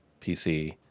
PC